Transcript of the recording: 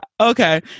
Okay